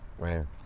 man